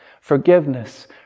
forgiveness